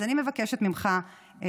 אז אני מבקשת ממך,